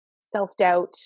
self-doubt